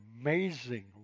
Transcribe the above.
amazing